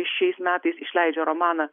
šiais metais išleidžia romaną